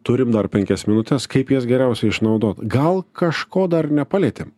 turim dar penkias minutes kaip jas geriausiai išnaudot gal kažko dar nepalietėm